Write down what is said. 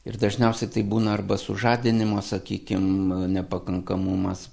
ir dažniausiai tai būna arba sužadinimo sakykim nepakankamumas